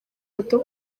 bato